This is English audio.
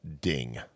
ding